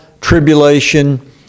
tribulation